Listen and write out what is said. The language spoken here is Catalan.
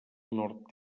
nord